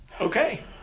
Okay